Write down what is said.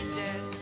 dead